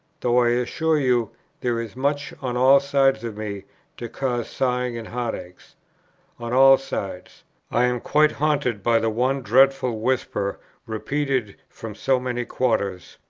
though i assure you there is much on all sides of me to cause sighing and heartache. on all sides i am quite haunted by the one dreadful whisper repeated from so many quarters,